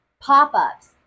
pop-ups